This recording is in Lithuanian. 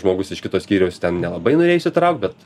žmogus iš kito skyriaus ten nelabai norėjo įsitraukt bet